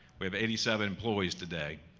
we have eighty seven employees today.